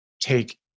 take